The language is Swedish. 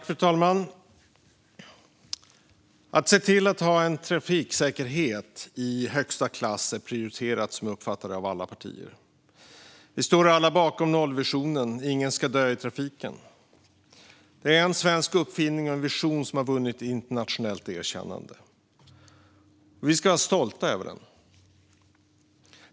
Fru talman! Att ha en trafiksäkerhet i högsta klass är prioriterat av alla partier, som jag uppfattar det. Vi står alla bakom nollvisionen: Ingen ska dö i trafiken. Det är en svensk uppfinning och vision som vunnit internationellt erkännande. Vi ska vara stolta över den.